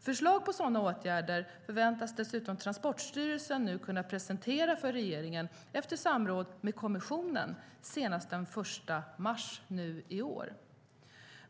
Förslag på sådana åtgärder förväntas dessutom Transportstyrelsen kunna presentera för regeringen, efter samråd med kommissionen, senast den 1 mars i år.